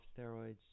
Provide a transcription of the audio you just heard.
steroids